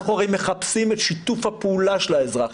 אנחנו הרי מחפשים את שיתוף הפעולה של האזרח,